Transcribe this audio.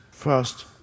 First